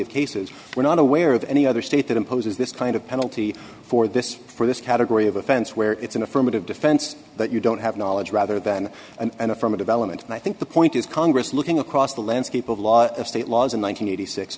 of cases we're not aware of any other state that imposes this kind of penalty for this for this category of offense where it's an affirmative defense that you don't have knowledge rather than an affirmative element and i think the point is congress looking across the landscape of a lot of state laws in